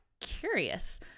curious